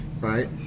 right